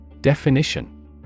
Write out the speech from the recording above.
Definition